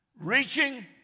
reaching